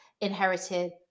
inherited